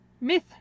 Myth